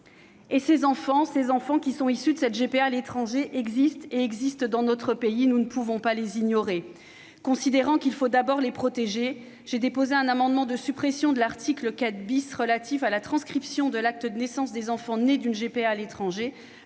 projet de loi. Les enfants issus d'une GPA à l'étranger existent : nous ne pouvons pas les ignorer. Considérant qu'il faut d'abord les protéger, j'ai déposé un amendement de suppression de l'article 4 relatif à la transcription de l'acte de naissance des enfants nés d'une GPA à l'étranger